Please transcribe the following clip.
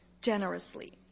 generously